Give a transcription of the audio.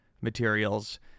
materials